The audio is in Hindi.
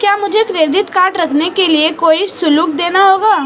क्या मुझे क्रेडिट कार्ड रखने के लिए कोई शुल्क देना होगा?